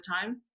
time